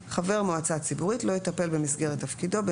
(ג) חבר מועצה ציבורית לא יטפל במסגרת תפקידו בנושא